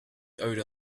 odor